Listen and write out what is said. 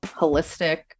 holistic